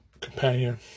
companion